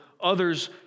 others